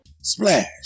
splash